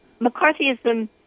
McCarthyism